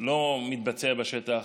לא מתבצעות בשטח,